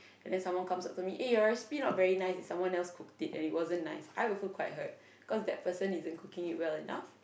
then someone comes out to me eh your recipe not very nice did someone else cooked it and it wasn't nice I also quite hurt cause that person isn't cooking well enough